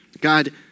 God